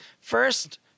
first